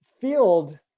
field